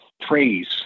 praise